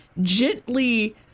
gently